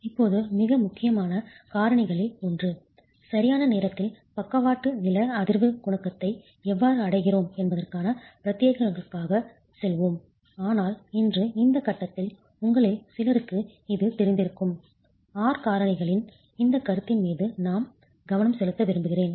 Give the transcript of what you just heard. இப்போது மிக முக்கியமான காரணிகளில் ஒன்று சரியான நேரத்தில் பக்கவாட்டு லேட்ரல் நில அதிர்வு குணகத்தை எவ்வாறு அடைகிறோம் என்பதற்கான பிரத்தியேகங்களுக்குச் செல்வோம் ஆனால் இன்று இந்த கட்டத்தில் உங்களில் சிலருக்கு இது தெரிந்திருக்கும் R காரணிகளின் இந்த கருத்தின் மீது நான் கவனம் செலுத்த விரும்புகிறேன்